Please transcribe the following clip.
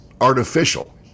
artificial